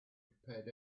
prepared